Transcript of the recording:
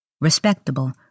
respectable